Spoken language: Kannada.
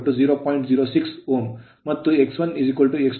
06 Ω ಮತ್ತು x1x2 0